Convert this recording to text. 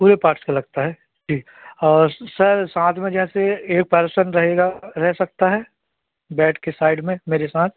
पूरे पार्ट्स का लगता है जी और सर साथ में जैसे एक पर्सन रहेगा रह सकता है बेड के साइड में मेरे साथ